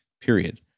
period